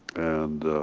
and